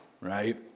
right